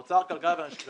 אוצר, כלכלה, נציגי ציבור.